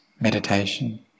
meditation